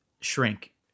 shrink